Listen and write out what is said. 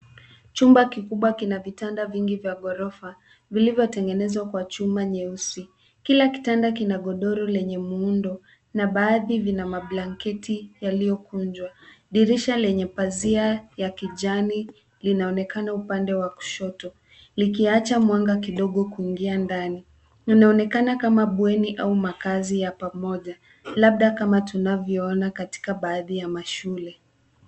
Chumba kikubwa kina vitanda vingi vya gorofa, vilivyotengenezwa kwa chuma nyeusi, kila kitanda kina godoro lenye muundo na baadhi vina blanketi yaliyokunjwa. Dirisha lenye pazia ya kijani linaonekana upande wa kushoto, likiacha mwanga kidogo kuingia ndani. Inaonekana kama bweni ama makazi ya pamoja. Labda kama tunavyoona katika baadhi ya shule.